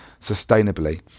sustainably